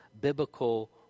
biblical